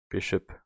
bishop